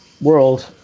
world